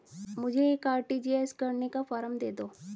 मुझे एक आर.टी.जी.एस करने का फारम दे दो?